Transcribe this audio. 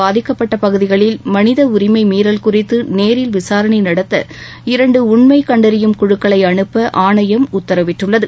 பாதிக்கப்பட்ட பகுதிகளில் மனித உரிமை மீறல் குறித்து நேரில் விசாரணை வன்முறையால் நடத்த இரண்டு உண்மை கண்டறியும் குழுக்களை அனுப்ப ஆணையம் உத்தரவிட்டுள்ளது